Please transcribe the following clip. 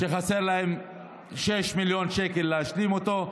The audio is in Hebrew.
וחסרים להם 6 מיליון שקל להשלים אותו.